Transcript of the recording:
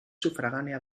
sufragánea